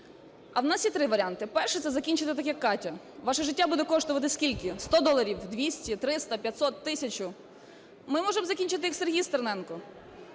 А у нас є три варіанти. Перший – це закінчити так, як Катя. Ваше життя буде коштувати скільки – 100 доларів, 200, 300, 500, 1000? Ми можемо закінчити як Сергій Стерненко.